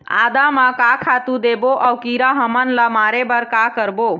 आदा म का खातू देबो अऊ कीरा हमन ला मारे बर का करबो?